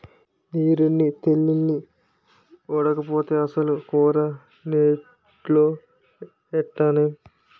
నీరుల్లి తెల్లుల్లి ఓడకపోతే అసలు కూర నోట్లో ఎట్టనేం